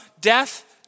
death